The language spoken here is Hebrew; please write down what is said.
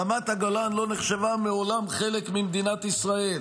רמת הגולן לא נחשבה מעולם חלק ממדינת ישראל".